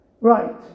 Right